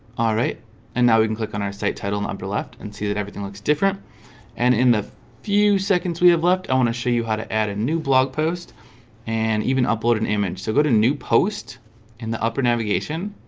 alright and now we can click on our site title and upper left and see that everything looks different and in the few seconds we have left. i want to show you how to add a new blog post and even upload an image so go to new post in the upper navigation